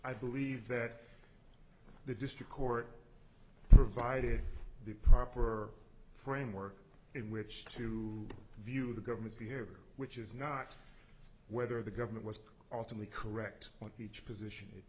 i believe that the district court provided the proper framework in which to view the government here which is not whether the government was ultimately correct what each position